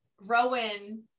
rowan